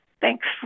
Thanks